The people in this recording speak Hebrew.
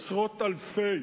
עשרות אלפי,